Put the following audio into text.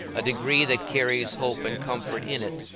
a degree that carries hope and comfort in it,